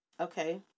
Okay